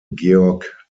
georg